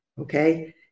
Okay